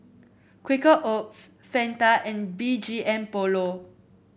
Quaker Oats Fanta and B G M Polo